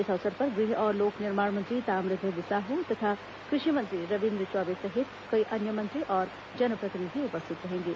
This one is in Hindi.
इस अवसर पर गृह और लोक निर्माण मंत्री ताम्रध्यज साहू तथा कृषि मंत्री रविन्द्र चौबे सहित कई अन्य मंत्री और जनप्रतिनिधि उपस्थित रहेंगे